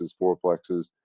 fourplexes